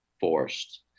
forced